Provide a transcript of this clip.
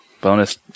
bonus